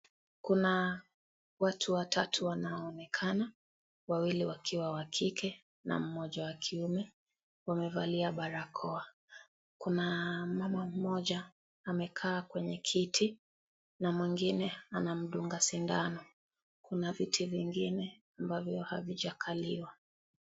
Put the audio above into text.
Kuna watu watatu wanaoonekana, wawili wakiwa wa kike na mmoja wa kiume. Wamevalia barakoa. Kuna mama mmoja amekaa kwenye kiti na mwingine, anamdunga sindano. Kuna viti vingine ambavyo havijakaliwa.